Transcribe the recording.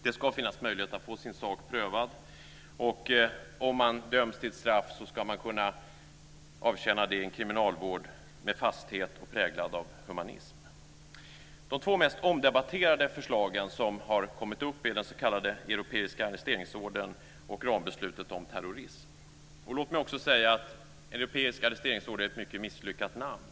Det ska finnas möjlighet att få sin sak prövad. Och om man döms till straff ska man kunna avtjäna det i en kriminalvård med fasthet som är präglad av humanism. De två mest omdebatterade förslagen som har kommit upp är den s.k. europeiska arresteringsordern och rambeslutet om terrorism. Låt mig också säga att europeisk arresteringsorder är ett mycket misslyckat namn.